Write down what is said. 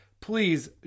please